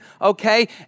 okay